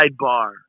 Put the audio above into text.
Sidebar